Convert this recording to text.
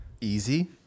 easy